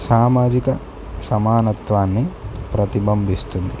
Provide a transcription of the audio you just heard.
సామాజిక సమానత్వాన్ని ప్రతిబంబిస్తుంది